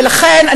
ולכן,